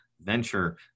venture